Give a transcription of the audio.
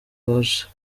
watch